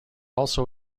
also